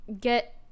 get